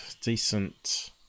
decent